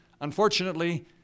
Unfortunately